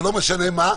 לא משנה מה,